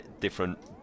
different